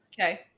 okay